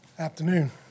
Afternoon